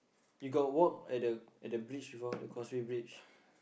you got walk at the at the bridge before the causeway bridge